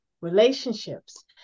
relationships